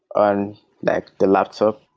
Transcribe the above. on like the laptop.